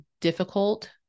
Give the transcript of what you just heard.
difficult